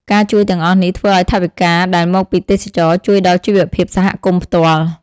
ការជួយទាំងអស់នេះ ធ្វើឱ្យថវិកាដែលមកពីទេសចរណ៍ជួយដល់ជីវភាពសហគមន៍ផ្ទាល់។